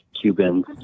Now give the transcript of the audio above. Cubans